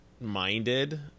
minded